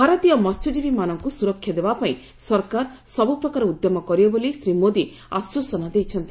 ଭାରତୀୟ ମହ୍ୟଜୀବୀମାନଙ୍କୁ ସୁରକ୍ଷା ଦେବାପାଇଁ ସରକାର ସବ୍ ପ୍ରକାର ଉଦ୍ୟମ କରିବେ ବୋଲି ଶ୍ରୀ ମୋଦି ଆଶ୍ୱାସନା ଦେଇଛନ୍ତି